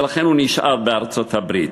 ולכן הוא נשאר בארצות-הברית.